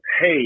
hey